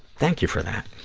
thank you for that.